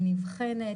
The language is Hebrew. היא נבחנת,